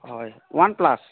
হয় one plus